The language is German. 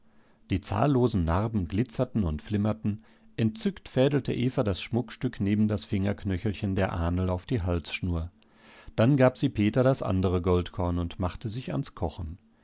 die zahllosen narben glitzerten und flimmerten entzückt fädelte eva das schmuckstück neben das fingerknöchelchen der ahnl auf die halsschnur dann gab sie peter das andere goldkorn und machte sich ans kochen